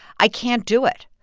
i can't do it.